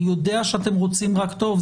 אני יודע שאתם רוצים רק טוב.